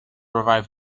revive